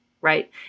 right